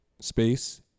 Space